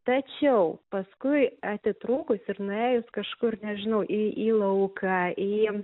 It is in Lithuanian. tačiau paskui atitrūkus ir nuėjus kažkur nežinau į į lauką į